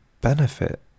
benefit